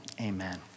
amen